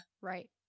Right